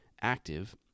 active